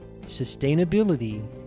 sustainability